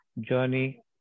journey